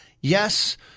yes